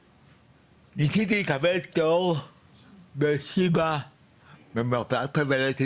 ניסיתי לקבל תור בשיבא במרפאת פה ולסת